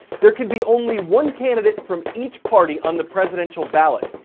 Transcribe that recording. there can be only one candidate from each party on the presidential ballot.